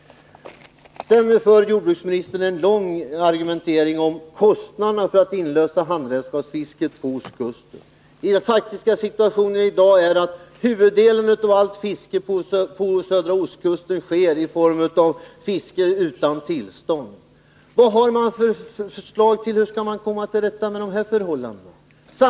Sedan hade jordbruksministern en lång argumentering om kostnaderna för att inlösa handredskapsfisket på ostkusten. Den faktiska situationen i dag är att huvuddelen av allt fiske på södra ostkusten sker i form av fiske utan tillstånd. Vad har man för förslag när det gäller att komma till rätta med det här förhållandet?